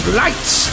lights